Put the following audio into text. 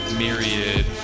myriad